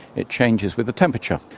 it changes with the temperature.